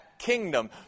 kingdom